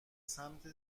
سمت